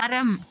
மரம்